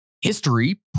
history